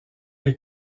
les